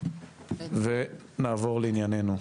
נעבור לענייננו.